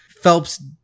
phelps